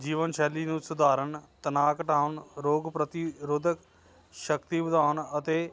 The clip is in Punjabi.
ਜੀਵਨ ਸ਼ੈਲੀ ਨੂੰ ਸੁਧਾਰਨ ਤਨਾਅ ਘਟਾਉਣ ਰੋਗ ਪ੍ਰਤੀ ਰੋਧਕ ਸ਼ਕਤੀ ਵਧਾਉਣ ਅਤੇ